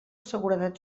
seguretat